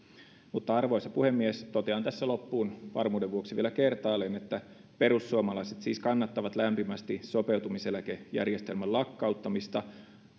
arvoisa puhemies totean tässä loppuun varmuuden vuoksi vielä kertaalleen että perussuomalaiset siis kannattavat lämpimästi sopeutumiseläkejärjestelmän lakkauttamista